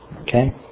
Okay